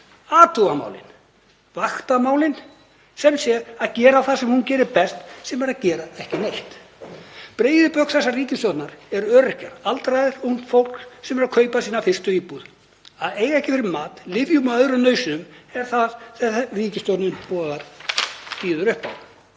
málin, vakta málin, sem sé að gera það sem hún gerir best sem er að gera ekki neitt. Breiðu bök þessarar ríkisstjórnar eru öryrkjar, aldraðir, ungt fólk sem er að kaupa sína fyrstu íbúð. Að eiga ekki fyrir mat, lyfjum eða öðrum nauðsynjum er það sem ríkisstjórnin býður upp á.